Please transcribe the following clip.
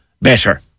better